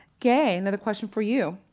gay, another question for you.